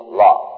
law